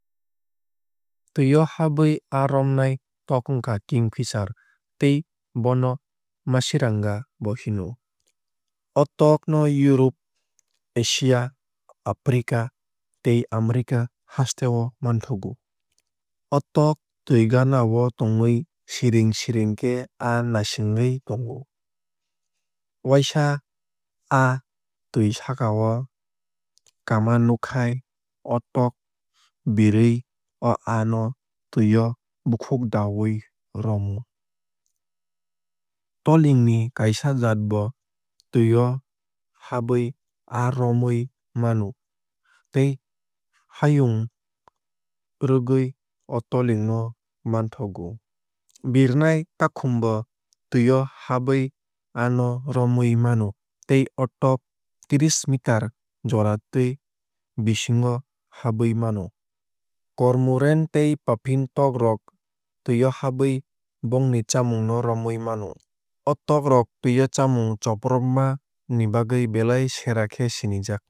Twui o habwui aa romnai tok wngkha kingfihser tei bono mashiranga bo hino. O tok no europe asia africa tei america hasteo manthogo. O tok twui gana o tongwui siring siring khe aa nasingwui tongo. Waisa aa twui sakao kama nuk khai o tok birwui o aa no twio bukhuk dawui rom o. Toling ni kaisa jaat bo twui o habwui aa romwui mano tei hayung rwgwui o toling no manthogo. Birnai takhum bo twui o habwui aa no romwui mano tei o tok treesh meter jora twui bisingo habwui mano. Cormorant tei puffin tok rok twui o habwui bongni chamung no romawui mano. O tok rok twui o chamung chopropma ni bagwui belai sera khe sinijak.